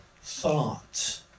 thought